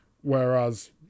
whereas